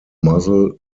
muzzle